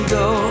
go